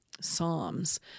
Psalms